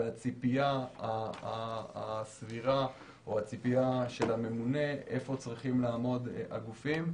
והציפייה הסבירה או הציפייה של הממונה איפה צריכים לעמוד הגופים.